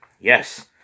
Yes